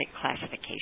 classification